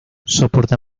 soporta